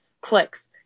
clicks